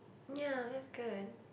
ya that's good